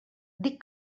dic